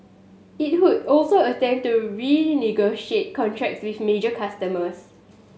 it would also attempt to renegotiate contracts with major customers